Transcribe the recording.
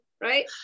Right